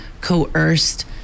coerced